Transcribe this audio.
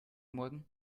morgen